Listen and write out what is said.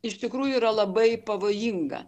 iš tikrųjų yra labai pavojinga